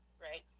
right